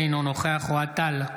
אינו נוכח אוהד טל,